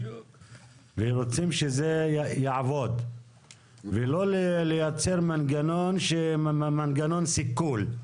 ורוצים שזה יעבוד ולא לייצר מנגנון שמנגנון סיכול.